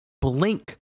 blink